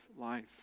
life